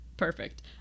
Perfect